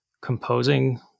composing